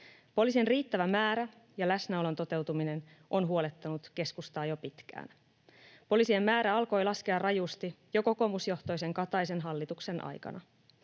Poliisien riittävä määrä ja läsnäolon toteutuminen on huolettanut keskustaa jo pitkään. Poliisien määrä alkoi laskea rajusti jo kokoomusjohtoisen Kataisen hallituksen aikana.